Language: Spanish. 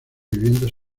viviendas